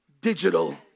digital